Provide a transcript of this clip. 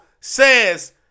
says